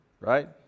Right